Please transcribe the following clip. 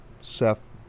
Seth